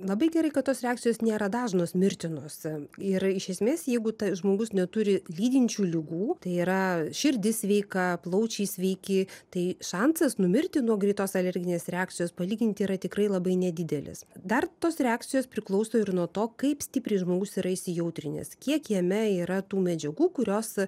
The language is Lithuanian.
labai gerai kad tos reakcijos nėra dažnos mirtinos ir iš esmės jeigu tas žmogus neturi lydinčių ligų tai yra širdis sveika plaučiai sveiki tai šansas numirti nuo greitos alerginės reakcijos palyginti yra tikrai labai nedidelis dar tos reakcijos priklauso ir nuo to kaip stipriai žmogus yra įsijautrinęs kiek jame yra tų medžiagų kurios